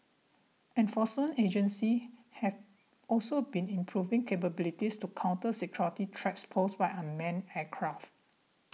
enforce agencies have also been improving capabilities to counter security threats posed by unmanned aircraft